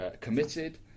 committed